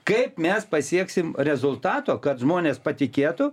kaip mes pasieksim rezultato kad žmonės patikėtų